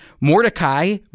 Mordecai